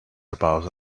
about